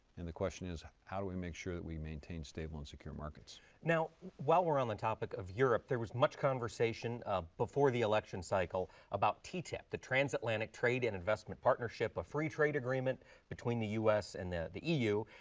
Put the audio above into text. and the question is, how do we make sure that we maintain stable and secure markets. pearson now, while we're on the topic of europe, there was much conversation before the election cycle about ttip, the transatlantic trade and investment partnership, a free trade agreement between the u s. and the eu.